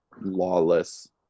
lawless